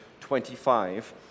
25